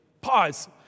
pause